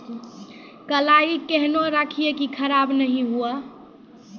कलाई केहनो रखिए की खराब नहीं हुआ?